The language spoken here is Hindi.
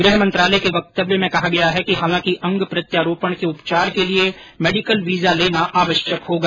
गृह मंत्रालय के वक्तव्य में कहा गया है कि हालांकि अंग प्रत्यारोपण के उपचार के लिए मेडिकल वीजा लेना आवश्यक होगा